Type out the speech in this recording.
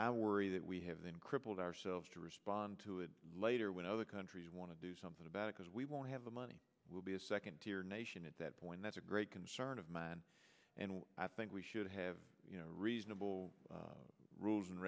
i worry that we have been crippled ourselves to respond to it later when other countries want to do something about it cause we won't have the money will be a second tier nation at that point that's a great concern of mine and i think we should have you know reasonable rules and